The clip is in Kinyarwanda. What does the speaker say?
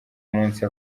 munsi